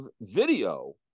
video